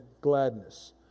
gladness